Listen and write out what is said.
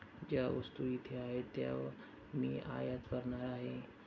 ज्या वस्तू इथे आहेत त्या मी आयात करणार आहे